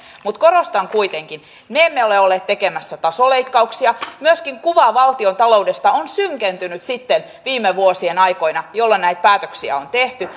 mutta korostan kuitenkin me emme ole olleet tekemässä tasoleikkauksia myöskin kuva valtiontaloudesta on synkentynyt sitten viime vuosien aikoina jolloin näitä päätöksiä on tehty